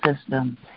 system